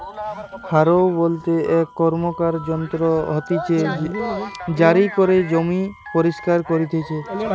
হারও বলতে এক র্কমকার যন্ত্র হতিছে জারি করে জমি পরিস্কার করতিছে